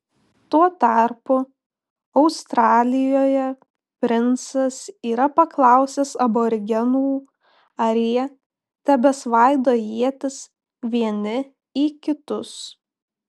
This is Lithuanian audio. tuo tarpu australijoje princas yra paklausęs aborigenų ar jie tebesvaido ietis vieni į kitus